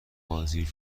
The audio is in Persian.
بازی